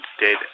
dead